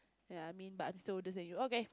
yeah I mean but I'm still older than you okay